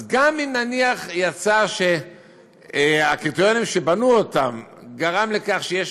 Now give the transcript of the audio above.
אז גם אם נניח יצא שהקריטריונים שבנו גרמו לכך שיש